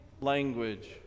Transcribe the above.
language